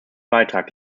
beitrag